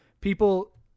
people